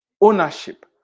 ownership